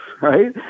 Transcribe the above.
right